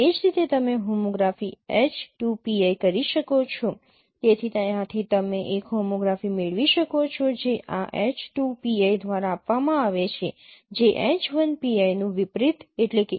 એ જ રીતે તમે હોમોગ્રાફી H 2 pi કરી શકો છો તેથી ત્યાંથી તમે એક હોમોગ્રાફી મેળવી શકો છો જે આ H 2 pi દ્વારા આપવામાં આવે છે જે H 1 pi નું વિપરીત છે